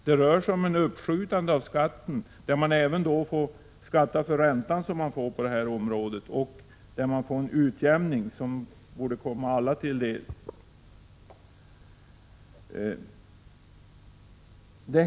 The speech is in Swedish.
Det rör sig om ett uppskjutande av skatten, varvid man även skall skatta för den ränta man får i detta avseende. Vidare görs det en utjämning av resultaten, som borde komma alla till del.